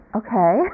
okay